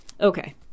okay